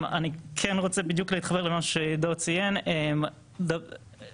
אני כן רוצה להתחבר למה שעידו ציין: נאמר